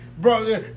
Bro